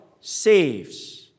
saves